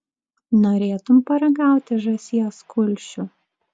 norėtum paragauti žąsies kulšių